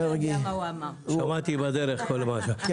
סמי,